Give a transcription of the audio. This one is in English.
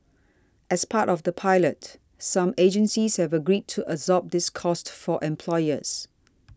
as part of the pilot some agencies have agreed to absorb this cost for employers